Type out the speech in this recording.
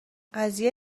قضیه